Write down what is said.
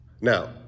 Now